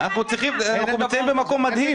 אנחנו נמצאים במקום מדהים.